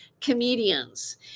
comedians